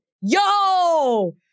Yo